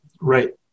Right